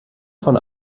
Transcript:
von